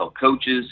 coaches